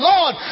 Lord